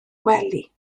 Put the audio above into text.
gwely